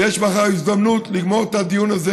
יש מחר הזדמנות לגמור את הדיון הזה